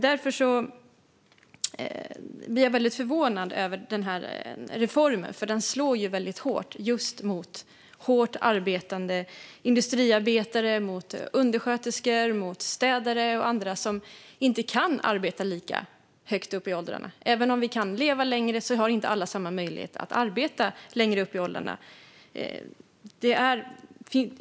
Därför blir jag förvånad över reformen, för den slår ju väldigt hårt just mot hårt arbetande industriarbetare, undersköterskor, städare och andra som inte kan arbeta lika högt upp i åldrarna. Även om vi kan leva längre har inte alla samma möjlighet att arbeta längre upp i åldrarna.